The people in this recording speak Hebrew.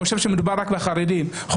חושב שמדובר רק בחרדים,